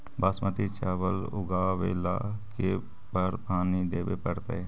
बासमती चावल उगावेला के बार पानी देवे पड़तै?